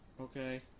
Okay